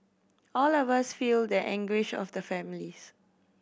all of us feel the anguish of the families